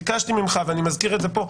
ביקשתי ממך ואני מזכיר את זה פה,